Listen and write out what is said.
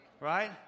Right